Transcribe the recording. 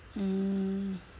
um